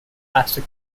classical